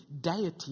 deity